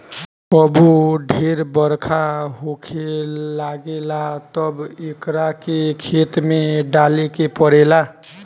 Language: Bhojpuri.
कबो ढेर बरखा होखे लागेला तब एकरा के खेत में डाले के पड़ेला